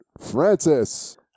francis